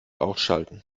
ausschalten